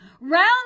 round